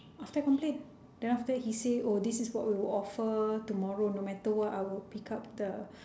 after I complain then after that he say oh this is what we will offer tomorrow no matter what I will pick up the